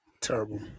Terrible